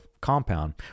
compound